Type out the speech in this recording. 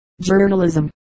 journalism